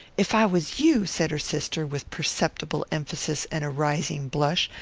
if i was you, said her sister, with perceptible emphasis and a rising blush,